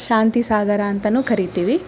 ಶಾಂತಿ ಸಾಗರ ಅಂತಲೂ ಕರಿತೀವಿ